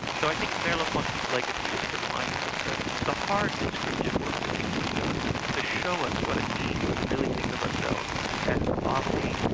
so i think merleau-ponty's legacy is to remind us of the the hard descriptive work that needs to be done to show us what it means to really think of ourselves as bodily,